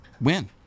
win